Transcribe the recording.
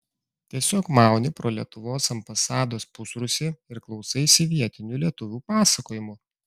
tiesiog mauni pro lietuvos ambasados pusrūsį ir klausaisi vietinių lietuvių pasakojimų